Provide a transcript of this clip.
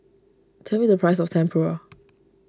tell me the price of Tempura